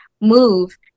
move